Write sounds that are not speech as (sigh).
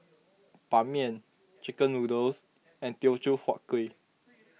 Ban Mian Chicken Noodles and Teochew Huat Kueh (noise)